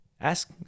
ask